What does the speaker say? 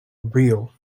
real